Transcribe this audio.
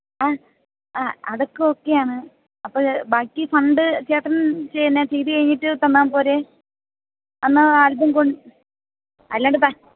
ആ അ അതൊക്കെ ഓക്കെയാണ് അപ്പം ബാക്കി ഫണ്ട് ചേട്ടൻ ന്നെ ചെയ്ത് കഴിഞ്ഞിട്ട് തന്നാൽ പോരെ എന്നാൽ ആൽബം കൊണ്ട് അല്ലാണ്ട്